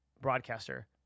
broadcaster